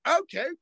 okay